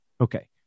Okay